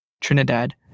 Trinidad